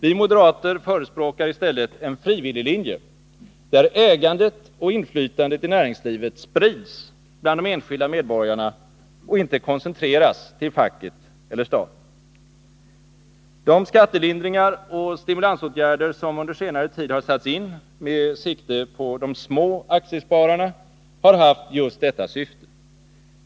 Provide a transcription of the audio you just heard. Vi moderater förespråkar i stället en frivilliglinje, där ägandet och inflytandet i näringslivet sprids bland de enskilda medborgarna och inte koncentreras till facket eller staten. De skattelindringar och stimulansåtgärder som under senare tid har satts in med sikte på de små aktiespararna har haft just detta syfte.